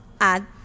Add